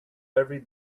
every